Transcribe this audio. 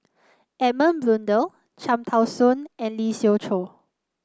Edmund Blundell Cham Tao Soon and Lee Siew Choh